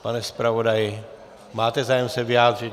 Pane zpravodaji, máte zájem se vyjádřit?